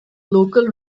local